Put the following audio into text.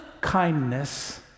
kindness